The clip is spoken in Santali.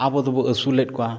ᱟᱵᱚ ᱫᱚᱵᱚᱱ ᱟᱹᱥᱩᱞᱮᱫ ᱠᱚᱣᱟ